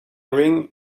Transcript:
ring